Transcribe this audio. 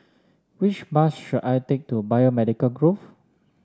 which bus should I take to Biomedical Grove